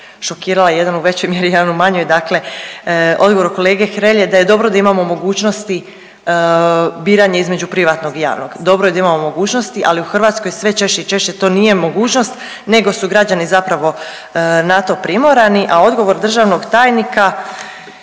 šokirala, jedan u većoj mjeri, jedan u manjoj. Dakle, odgovor kolege Hrelje da je dobro da imamo mogućnosti biranja između privatnog i javnog. Dobro je da imamo mogućnosti, ali u Hrvatskoj sve češće i češće to nije mogućnost nego su građani zapravo na to primorani, a odgovor državnog tajnika